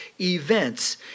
events